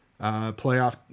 playoff